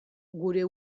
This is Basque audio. gure